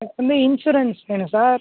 எனக்கு வந்து இன்சூரன்ஸ் வேணும் சார்